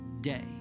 day